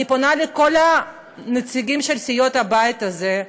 אני פונה לכל הנציגים של סיעות הבית הזה,